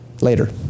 later